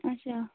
اَچھا